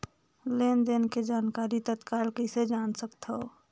लेन देन के जानकारी तत्काल कइसे जान सकथव?